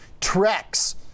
Trex